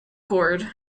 chord